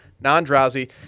non-drowsy